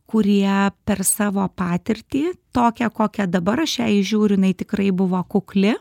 kurie per savo patirtį tokią kokią dabar aš ją įžiūriu jinai tikrai buvo kukli